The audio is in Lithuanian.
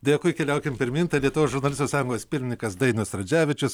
dėkui keliaukim pirmyn tai lietuvos žurnalistų sąjungos pirmininkas dainius radzevičius